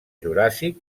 juràssic